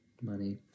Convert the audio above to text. money